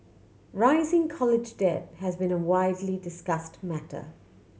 rising college debt has been a widely discussed matter